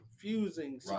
confusing